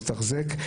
לתחזק,